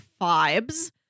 Fibes